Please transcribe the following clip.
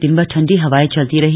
दिनभर ठंडी हवाएं चलती रही